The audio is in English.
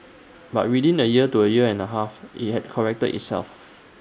but within A year to A year and A half IT had corrected itself